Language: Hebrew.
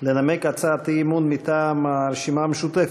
לנמק הצעת אי-אמון מטעם הרשימה המשותפת: